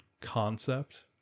concept